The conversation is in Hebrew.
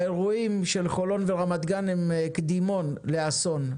האירועים של חולון ורמת גן הם קדימון לאסון,